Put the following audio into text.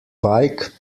bike